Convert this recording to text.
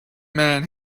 man